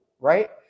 right